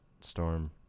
Storm